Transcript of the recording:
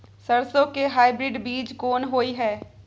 सरसो के हाइब्रिड बीज कोन होय है?